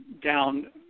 down